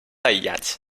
aïllats